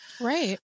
Right